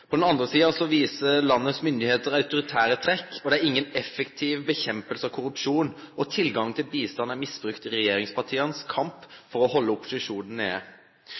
På den andre sida viser landets myndigheiter autoritære trekk, det er ingen effektiv kamp mot korrupsjon, og tilgangen til bistand er misbrukt i regjeringspartiets kamp for å halde opposisjonen nede.